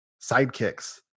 sidekicks